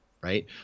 right